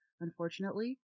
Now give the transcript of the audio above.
unfortunately